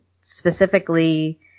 specifically